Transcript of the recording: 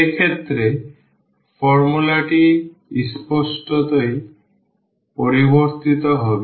সেক্ষেত্রে ফর্মুলাটি স্পষ্টতই পরিবর্তিত হবে